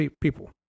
people